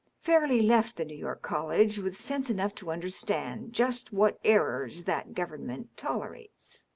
fairleigh left the new york college with sense enough to understand just what errors that government tolerates.